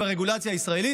ברגולציה ישראלית,